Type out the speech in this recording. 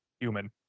human